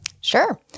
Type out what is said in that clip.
Sure